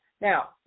Now